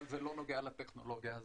אבל זה לא נוגע לטכנולוגיה הזאת.